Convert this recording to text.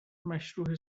مشروح